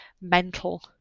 mental